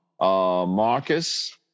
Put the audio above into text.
Marcus